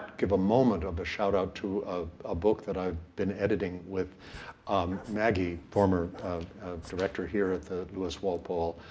give a moment of a shout out to ah a book that i've been editing with um maggie, former director here at the lewis walpole,